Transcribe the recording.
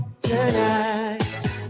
tonight